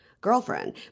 girlfriend